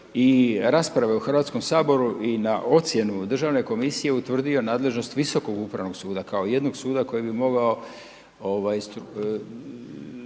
i rasprave u HS i na ocjenu Državne komisije utvrdio nadležnost Visokog upravnog suda, kao jednog suda koji bi mogao